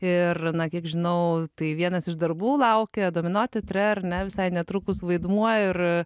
ir na kiek žinau tai vienas iš darbų laukia domino teatre ar ne visai netrukus vaidmuo ir